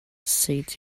said